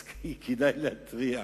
אז כדאי להתריע